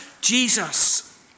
Jesus